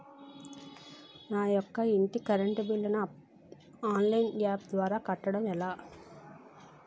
నేను నా యెక్క ఇంటి కరెంట్ బిల్ ను ఆన్లైన్ యాప్ ద్వారా కట్టడం ఎలా?